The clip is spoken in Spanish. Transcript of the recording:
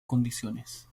condiciones